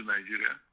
Nigeria